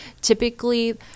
Typically